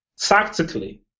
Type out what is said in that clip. tactically